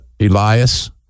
Elias